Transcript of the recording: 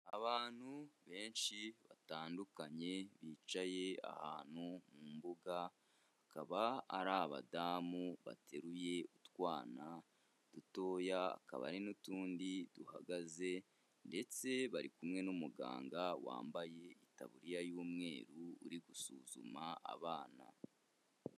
Abantu benshi batandukanye bicaye ahantu mu mbuga, akaba ari abadamu bateruye utwana dutoya, hakaba hari n'utundi duhagaze ndetse bari kumwe n'umuganga wambaye itaburiya y'umweru uri gusuzuma abana.